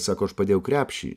sako aš padėjau krepšį